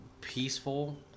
peaceful